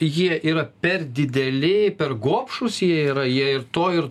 jie yra per dideli per gobšūs jie yra jie ir to ir